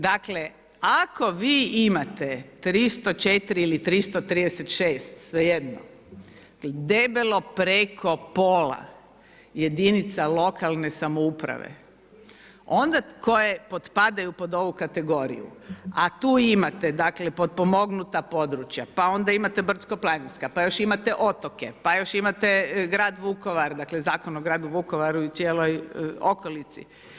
Dakle, ako vi imate 304 ili 336, svejedno debelo preko pola jedinica lokalne samouprave koje potpadaju pod ovu kategoriju, a tu imate dakle, potpomognuta područja, pa onda ima te brdsko-planinska, pa još imate otoke, pa još imate grad Vukovar, dakle Zakon o gradu Vukovaru i cijelom okolici.